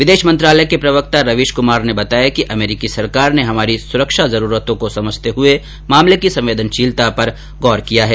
विदेश मंत्रालय के प्रवक्ता रवीश कुमार ने बताया कि अमेरिकी सरकार ने हमारी सुरक्षा जरूरतों को समझते हुए मामले की संवेदनशीलता पर गौर किया है